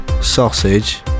sausage